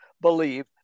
believe